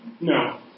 No